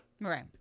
right